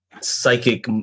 psychic